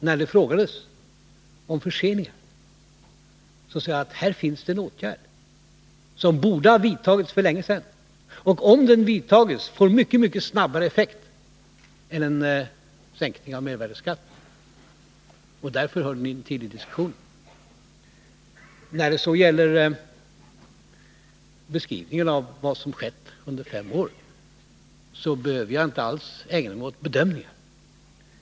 När det talades om förseningar, sade jag att här finns det en åtgärd som borde ha vidtagits för länge sedan och som, om den vidtas, får mycket, mycket snabbare effekt än en sänkning av mervärdeskatten. Därför hör den till diskussionen. När det så gäller beskrivningen av vad som skett under fem år, behöver jag inte alls ägna mig åt bedömningar.